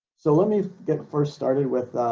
so let me get first started with